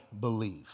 believe